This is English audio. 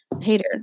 hater